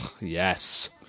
yes